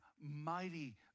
mighty